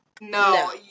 no